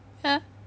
ya